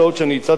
שהבאתי אותה,